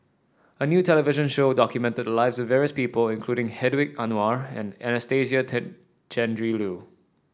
a new television show documented the lives of various people including Hedwig Anuar and Anastasia Tjendri Liew